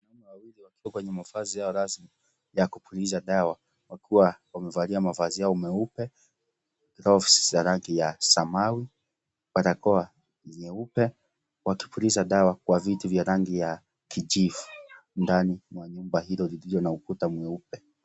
Wawili wakiwa kwenye mavazi yao rasmi ya kupuliza dawa, wakiwa wamevalia mavazi yao meupe. (cs) Glofsi (cs) ya rangi ya Samawi, barakoa nyeupe, wakipuliza dawa kwa viti vya rangi ya kijivu, ndani, mwa nyumba, hilo iliyo na ukuta mweupe.